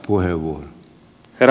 herra puhemies